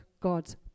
God's